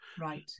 Right